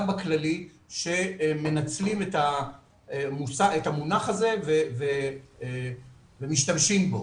בכללי שמנצלים את המונח הזה ומשתמשים בו,